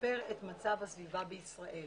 תשפר את מצב הסביבה בישראל.